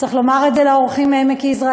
צריך לומר את זה לאורחים מעמק-יזרעאל,